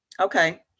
Okay